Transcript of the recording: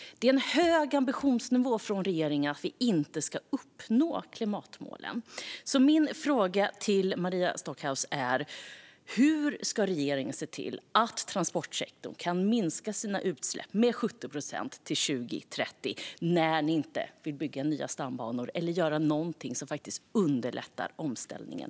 Regeringens ambitionsnivå vad gäller att vi inte ska inte ska uppnå klimatmålen är hög. Min fråga till Maria Stockhaus är därför: Hur ska regeringen se till att transportsektorn kan minska sina utsläpp med 70 procent till 2030 när man inte vill bygga nya stambanor eller göra något över huvud taget för att underlätta omställningen?